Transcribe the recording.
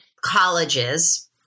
colleges